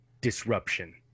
disruption